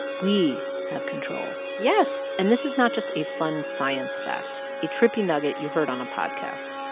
we have control yes and this is not just a fun science fact, a trippy nugget you heard on a podcast.